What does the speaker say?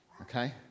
Okay